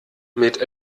mit